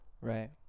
Right